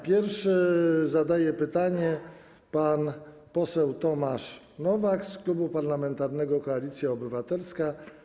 Pierwszy pytanie zadaje pan poseł Tomasz Nowak z Klubu Parlamentarnego Koalicja Obywatelska.